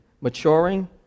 Maturing